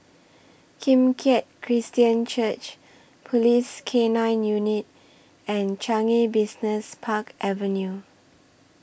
Kim Keat Christian Church Police K nine Unit and Changi Business Park Avenue